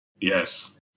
Yes